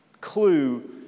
clue